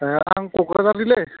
ए आं क'क्राझारनिलै